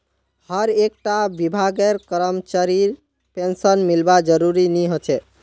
हर एक टा विभागेर करमचरीर पेंशन मिलना ज़रूरी नि होछे